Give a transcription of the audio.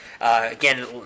Again